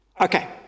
Okay